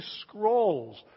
scrolls